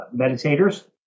meditators